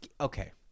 Okay